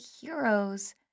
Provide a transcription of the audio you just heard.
heroes